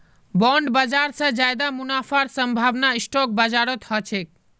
bond बाजार स ज्यादा मुनाफार संभावना स्टॉक बाजारत ह छेक